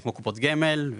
זה כמו קופות גמל.